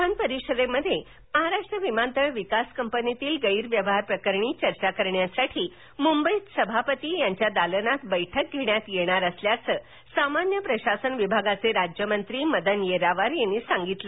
विधान परिषदेमध्ये महाराष्ट्र विमानतळ विकास कंपनीतील गैरव्यवहारप्रकरणी चर्चा करण्यासाठी मुंबईत सभापती यांच्या दालनात बैठक घेण्यात येणार असल्याचे सामान्य प्रशासन विभागाचे राज्यमंत्री मदन येरावार यांनी सांगितलं